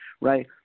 right